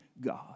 God